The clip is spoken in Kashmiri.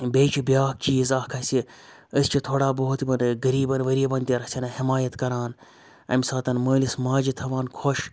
بیٚیہِ چھِ بیاکھ چیٖز اَکھ اَسہِ أسۍ چھِ تھوڑا بہت یِمَن غریٖبَن ؤریٖبَن تہِ رَژھَن ہمایَت کَران اَمہِ ساتَن مٲلِس ماجہِ تھاوان خۄش